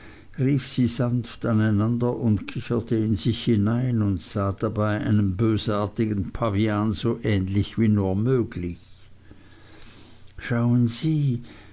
sie sanft aneinander und kicherte in sich hinein und sah dabei einem bösartigen pavian so ähnlich wie nur möglich schauen sie